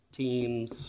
teams